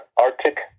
arctic